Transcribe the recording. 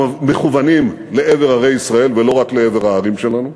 שמכוונים לעבר ערי ישראל, ולא רק לעבר הערים שלנו,